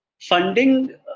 funding